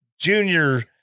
junior